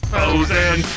Frozen